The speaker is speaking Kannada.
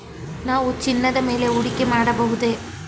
ನಾವು ಚಿನ್ನದ ಮೇಲೆ ಹೂಡಿಕೆ ಮಾಡಬಹುದೇ?